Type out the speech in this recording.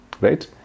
right